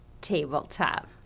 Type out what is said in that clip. tabletop